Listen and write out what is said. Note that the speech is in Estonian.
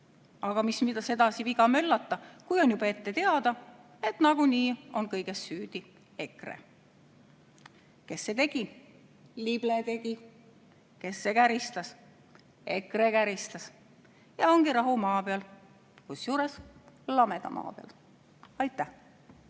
Aga mis sedasi viga möllata, kui on juba ette teada, et nagunii on kõiges süüdi EKRE. Kes see tegi? Lible tegi! Kes see käristas? EKRE käristas! Ja ongi rahu maa peal, kusjuures lameda maa peal. Aitäh!